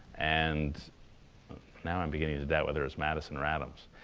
and now i'm beginning to doubt whether it was madison or adams.